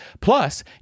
Plus